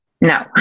no